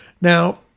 Now